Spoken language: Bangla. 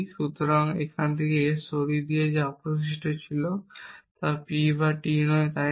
সুতরাং এখান থেকে S সরিয়ে দিয়ে যা অবশিষ্ট ছিল তা P বা T নয় তাই না